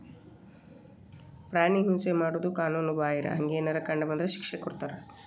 ಪ್ರಾಣಿ ಹಿಂಸೆ ಮಾಡುದು ಕಾನುನು ಬಾಹಿರ, ಹಂಗೆನರ ಕಂಡ ಬಂದ್ರ ಶಿಕ್ಷೆ ಕೊಡ್ತಾರ